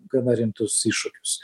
gana rimtus iššūkius